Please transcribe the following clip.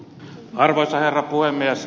arvoisa herra puhemies